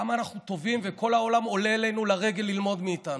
כמה אנחנו טובים וכל העולם עולה אלינו לרגל ללמוד מאיתנו,